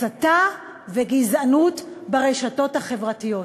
בהסתה ובגזענות ברשתות החברתיות.